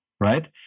right